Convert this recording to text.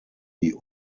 die